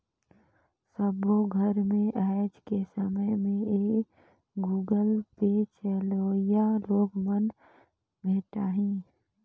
सबो घर मे आएज के समय में ये गुगल पे चलोइया लोग मन भेंटाहि